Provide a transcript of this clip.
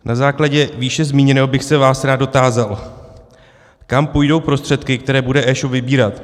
Na základě výše zmíněného bych se vás rád dotázal, kam půjdou prostředky, které bude eshop vybírat.